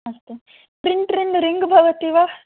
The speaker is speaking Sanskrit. अस्तु ट्रिङ्ग् ट्रिङ्ग् रिङ्ग् भवति वा